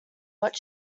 what